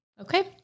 Okay